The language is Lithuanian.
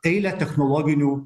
eilę technologinių